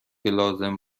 لازم